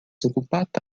okupata